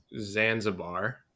Zanzibar